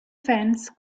fans